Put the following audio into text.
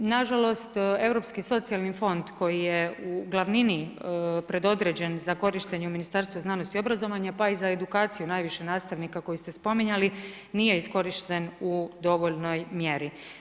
Nažalost, Europski socijalni fond koji je u glavnini predodređen za korištenje u Ministarstvu znanosti i obrazovanja, pa i za edukaciju, najviše nastavnika, koji ste spominjali, nije iskorišten u dovoljnoj mjeri.